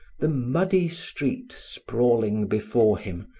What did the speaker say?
the muddy street sprawling before him,